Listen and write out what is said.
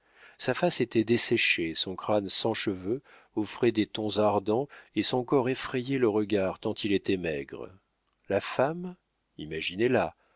sa face était desséchée son crâne sans cheveux offrait des tons ardents et son corps effrayait le regard tant il était maigre la femme